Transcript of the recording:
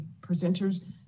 presenters